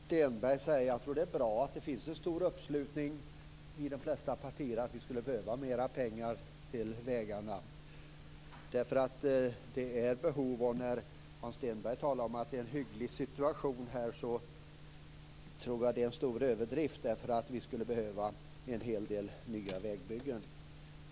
Fru talman! Till Hans Stenberg vill jag säga att det är bra att det finns en stor uppslutning i de flesta partier kring att det skulle behövas mera pengar till vägarna, eftersom behovet är stort. Hans Stenberg sade att det är en hygglig situation, men jag tror att det är en stor överdrift. Vi skulle behöva en hel del nya vägbyggen.